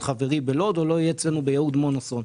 חברי בלוד או לא יהיה אצלנו ביהוד מונסון.